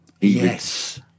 Yes